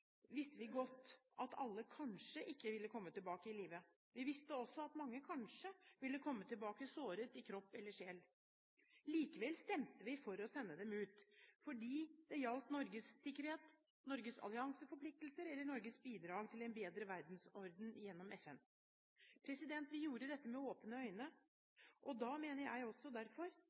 visste vi godt at kanskje ikke alle ville komme tilbake i live. Vi visste også at mange kanskje ville komme tilbake såret på kropp eller sjel. Likevel stemte vi for å sende dem ut, fordi det gjaldt Norges sikkerhet, Norges allianseforpliktelser eller Norges bidrag til en bedre verdensorden gjennom FN. Vi gjorde dette med åpne øyne. Derfor mener jeg